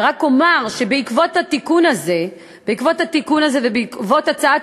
ורק אומר שבעקבות התיקון הזה ובעקבות הצעת